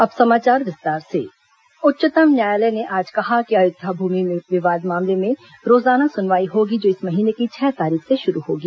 अयोध्या सुनवाई उच्चतम न्यायालय ने आज कहा कि अयोध्या भूमि विवाद मामले में रोजाना सुनवाई होगी जो इस महीने की छह तारीख से शुरू होगी